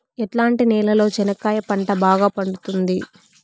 ఎట్లాంటి నేలలో చెనక్కాయ పంట బాగా పండుతుంది?